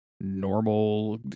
normal